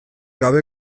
gabe